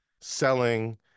selling